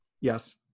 yes